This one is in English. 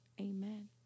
Amen